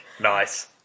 Nice